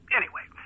Anyway